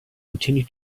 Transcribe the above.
continue